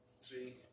See